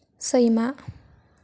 सैमा